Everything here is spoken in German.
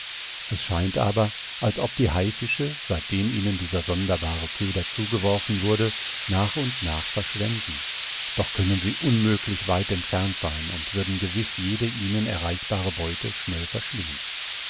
es scheint aber als ob die haifische seitdem ihnen dieser sonderbare köder zugeworfen wurde nach und nach verschwänden doch können sie unmöglich weit entfernt sein und würden gewiß jede ihnen erreichbare beute schnell verschlingen